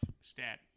stat